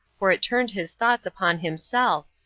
for it turned his thoughts upon himself,